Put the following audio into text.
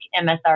MSR